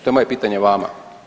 To je moje pitanje vama.